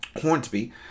Hornsby